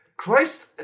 Christ